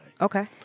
Okay